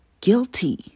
guilty